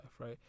right